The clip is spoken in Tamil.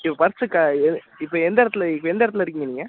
இப்போ பர்ஸ்ஸு கா இது இப்போ எந்த இடத்துல இப்போ எந்த இடத்துல இருக்கீங்க நீங்கள்